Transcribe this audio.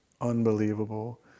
unbelievable